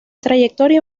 trayectoria